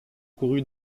courut